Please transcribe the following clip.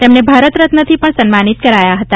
તેમને ભારતરત્નથી પણ સન્માનિત કરાયા હતા